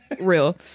Real